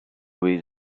with